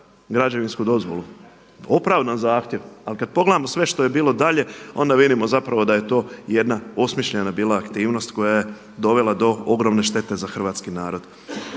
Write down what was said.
građevinsku dozvolu.“. Opravdan zahtjev, ali kad pogledamo sve što je bilo dalje, onda vidimo zapravo da je to jedna osmišljena bila aktivnost koja je dovela do ogromne štete za hrvatski narod.